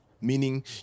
meaning